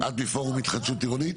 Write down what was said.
את מפורום התחדשות עירונית?